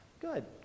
Good